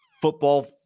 football